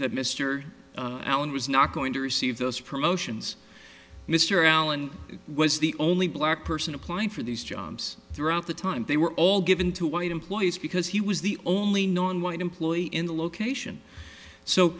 that mr allen was not going to receive those promotions mr allen was the only black person applying for these jobs throughout the time they were all given to white employees because he was the only non white employee in the location so